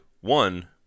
one